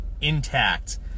intact